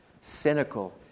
Cynical